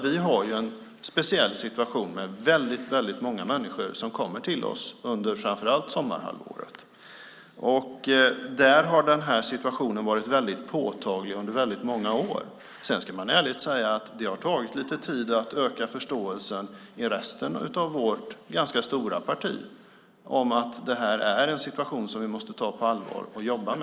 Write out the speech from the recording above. Vi har en speciell situation med många människor som kommer till oss under framför allt sommarhalvåret. Där har den här situationen varit påtaglig under många år. Det ska ärligt sägas att det har tagit lite tid att öka förståelsen i resten av vårt ganska stora parti om att det här är en situation som måste tas på allvar.